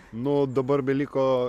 nu dabar beliko